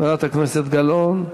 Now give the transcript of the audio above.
חברת הכנסת גלאון,